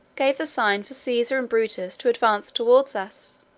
gave the sign for caesar and brutus to advance towards us.